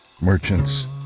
merchants